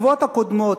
התקוות הקודמות,